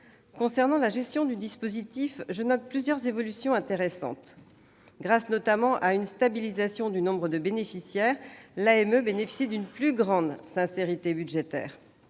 Concernant la gestion du dispositif, je souligne plusieurs évolutions intéressantes. Grâce notamment à une stabilisation du nombre de bénéficiaires, l'AME jouit d'une plus grande sincérité budgétaire.